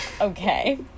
okay